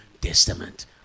Testament